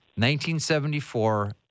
1974